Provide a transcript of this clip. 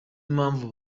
impamvu